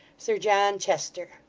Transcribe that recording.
sir john chester.